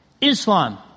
Islam